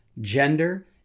gender